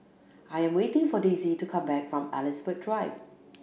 I am waiting for Daisy to come back from Elizabeth Drive